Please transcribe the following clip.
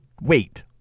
wait